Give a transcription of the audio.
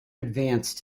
advance